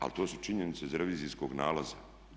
Ali to su činjenice iz revizijskog nalaza.